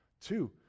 Two